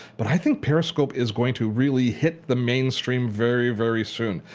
but i think periscope is going to really hit the mainstream very, very soon.